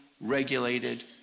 regulated